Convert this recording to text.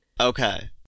Okay